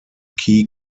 key